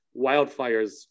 wildfires